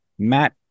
Matt